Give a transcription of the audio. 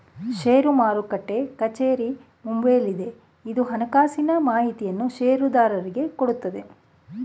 ಷೇರು ಮಾರುಟ್ಟೆಯ ಕಚೇರಿ ಮುಂಬೈನಲ್ಲಿದೆ, ಇದು ಹಣಕಾಸಿನ ಮಾಹಿತಿಯನ್ನು ಷೇರುದಾರರಿಗೆ ಕೊಡುತ್ತದೆ